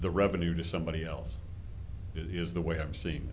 the revenue to somebody else is the way i'm seeing